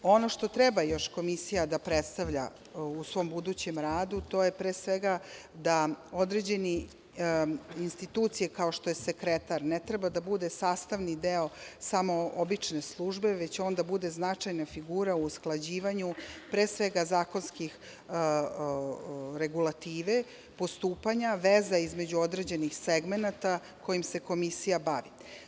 Ono što treba još Komisija da predstavlja u svom budućem radu to je pre svega, da određene institucije kao što je sekretar, ne treba da bude sastavni deo samo obične službe već on da bude značajna figura u usklađivanju, pre svega zakonskih regulativa, postupanja veza između određenih segmenata kojim se komisija bavi.